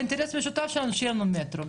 האינטרס המשותף שלנו הוא שיהיה לנו מטרו,